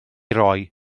roi